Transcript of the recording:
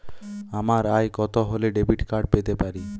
আমার আয় কত হলে ডেবিট কার্ড পেতে পারি?